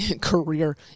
Career